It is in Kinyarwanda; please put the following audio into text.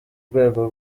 rwego